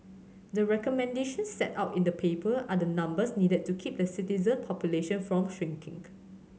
the recommendations set out in the paper are the numbers needed to keep the citizen population from shrinking